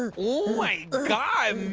ah oh my god,